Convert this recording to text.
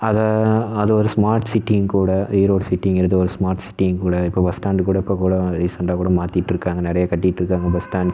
அதை அது ஒரு ஸ்மார்ட் சிட்டியும்கூட ஈரோடு சிட்டிங்கிறது ஒரு ஸ்மார்ட் சிட்டியும்கூட இப்போ பஸ் ஸ்டாண்டு கூட இப்போக்கூட ரீசெண்டாகக்கூட மாற்றிட்ருக்காங்க நிறையா கட்டிகிட்ருக்காங்க பஸ் ஸ்டாண்ட்ஸ்